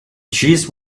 cheese